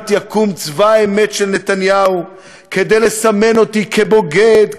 יקום "צבא האמת של נתניהו" כדי לסמן אותי כבוגד,